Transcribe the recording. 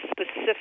specific